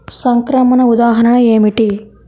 సంక్రమణ ఉదాహరణ ఏమిటి?